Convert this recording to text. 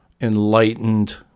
enlightened